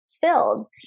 filled